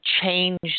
change